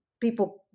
people